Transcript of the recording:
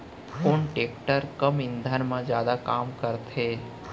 कोन टेकटर कम ईंधन मा जादा काम करथे?